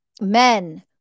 men